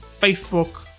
Facebook